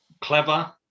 clever